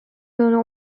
will